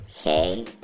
okay